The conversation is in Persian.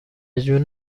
جون